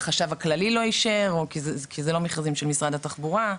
החשב הכללי לא אישר כי זה לא מכרזים של משרד התחבורה?